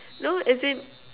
no as in